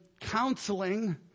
counseling